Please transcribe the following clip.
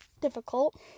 difficult